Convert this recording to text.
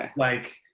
ah like,